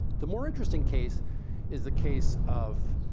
the more interesting case is the case of